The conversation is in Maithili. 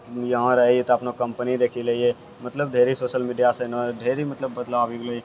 इहाँ रहै हइ तऽ अपनो कम्पनी देखि लै हइ मतलब ढेरी सोशल मीडियासँ ने ढेरी मतलब बदलाव आबि गेलै